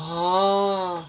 oh